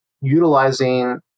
utilizing